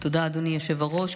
תודה, אדוני היושב-ראש.